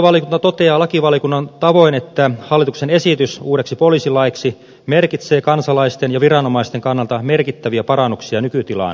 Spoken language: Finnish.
hallintovaliokunta toteaa lakivaliokunnan tavoin että hallituksen esitys uudeksi poliisilaiksi merkitsee kansalaisten ja viranomaisten kannalta merkittäviä parannuksia nykytilaan